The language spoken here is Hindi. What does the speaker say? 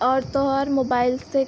और तो और मोबाइल से